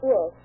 Yes